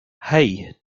hey